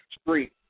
street